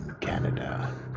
Canada